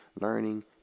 learning